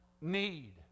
Need